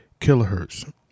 kilohertz